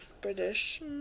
British